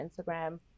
Instagram